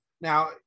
Now